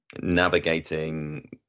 navigating